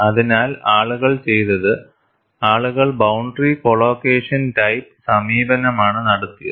അതിനാൽ ആളുകൾ ചെയ്തത് ആളുകൾ ബൌണ്ടറി കോളോക്കേഷൻ ടൈപ്പ് സമീപനമാണ് നടത്തിയത്